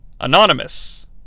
Anonymous